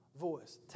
voice